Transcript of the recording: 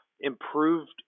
improved